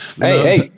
hey